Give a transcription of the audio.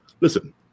Listen